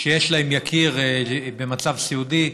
שיש להן יקיר במצב סיעודי,